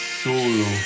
solo